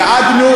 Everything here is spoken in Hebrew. ייעדנו,